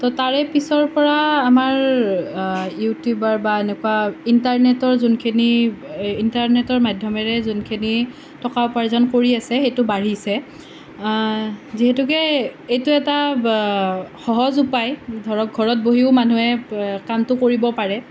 তো তাৰে পিছৰ পৰা আমাৰ ইউটিউবাৰ বা এনেকুৱা ইণ্টাৰনেটৰ যোনখিনি ইণ্টাৰনেটৰ মাধ্যমেৰে যোনখিনি টকা উপাৰ্জন কৰি আছে সেইটো বাঢ়িছে যিহেতুকে এইটো এটা বা সহজ উপায় ধৰক ঘৰত বহিও মানুহে কামটো কৰিব পাৰে